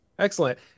Excellent